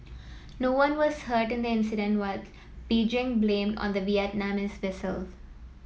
no one was hurt in the incident what Beijing blamed on the Vietnamese vessel